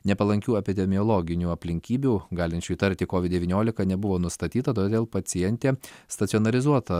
nepalankių epidemiologinių aplinkybių galinčių įtarti kovid devyniolika nebuvo nustatyta todėl pacientė stacionarizuota